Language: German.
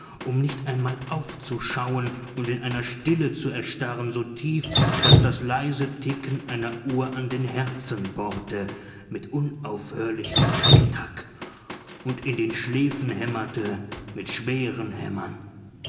um nicht einmal aufzuschauen und in einer stille zu erstarren so tief daß das leise ticken einer uhr an den herzen bohrte mit unaufhörlichem ticktack und in den schläfen hämmerte mit schweren hämmern